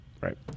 right